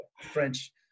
French